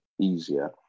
easier